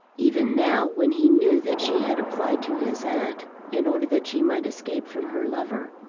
even now, when he knew that she had applied to his aunt in order that she might escape from her lover,